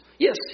Yes